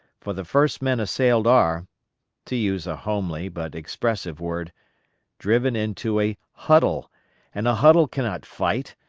for the first men assailed are to use a homely but expressive word driven into a huddle and a huddle cannot fight,